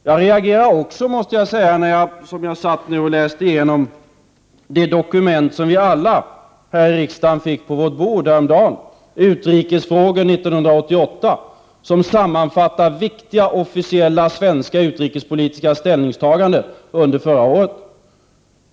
Jag reagerade också när jag satt och läste igenom det dokument som vi alla här i riksdagen fick på våra bord häromdagen och som heter Utrikesfrågor 1988. I detta dokument sammanfattas viktiga officiella svenska utrikespolitiska ställningstaganden under förra året.